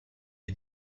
les